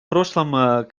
прошлом